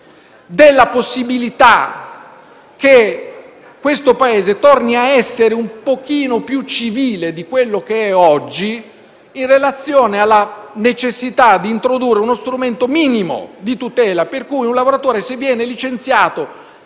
della possibilità che il Paese torni a essere un pochino più civile di quanto lascia oggi, in relazione alla necessità di introdurre uno strumento minimo di tutela, per cui un lavoratore, se viene licenziato